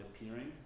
appearing